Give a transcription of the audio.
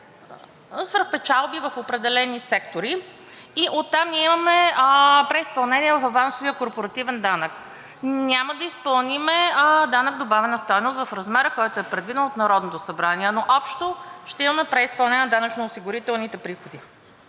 свръхпечалби в определени сектори и оттам ние имаме преизпълнение в авансовия корпоративен данък. Няма да изпълним данък добавена стойност в размера, който е предвиден от Народното събрание, но общо ще имаме преизпълнение на данъчно-осигурителните приходи.